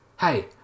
Hey